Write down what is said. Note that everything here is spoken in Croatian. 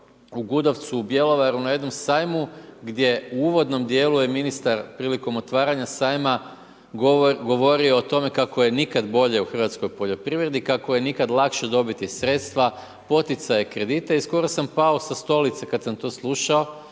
u Gudovcu u Bjelovaru na jednom sajmu gdje u uvodnom dijelu je ministar prilikom otvaranja sajma govorio o tome kako je nikad bolje u hrvatskoj poljoprivredi, kako je nikad lakše dobiti sredstva, poticaje kredite. I skoro sam pao sa stolice kada sam to slušao